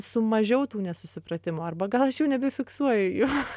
su mažiau tų nesusipratimų arba gal aš jau nebefiksuoju jų